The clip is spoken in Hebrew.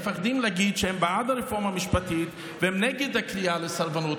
מפחדים להגיד שהם בעד הרפורמה המשפטית והם נגד הקריאה לסרבנות,